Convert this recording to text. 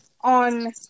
on